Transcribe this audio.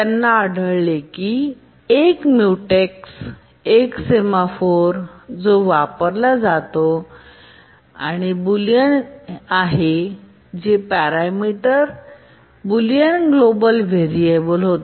त्यांना आढळले की एक म्युटेक्स एक सेमॉफोर जो वापरला जात होता आणि बुलियन आहे पॅरामीटर जो बुलियन ग्लोबल व्हेरिएबल होता